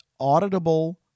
auditable